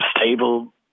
stable